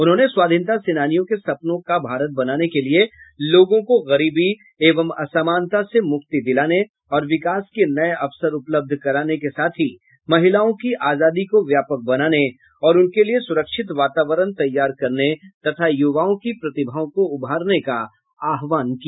उन्होंने स्वाधीनता सेनानियों के सपनों का भारत बनाने के लिए लोगों को गरीबी एवं असमानता से मुक्ति दिलाने और विकास के नये अवसर उपलब्ध कराने के साथ ही महिलाओं की आजादी को व्यापक बनाने और उनके लिये सुरक्षित वातावरण तैयार करने तथा युवाओं की प्रतिभाओं को उभारने का आह्वान किया